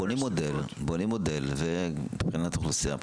בונים מודל מבחינת אוכלוסייה.